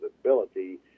ability